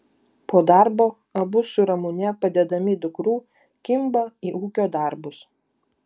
po darbo abu su ramune padedami dukrų kimba į ūkio darbus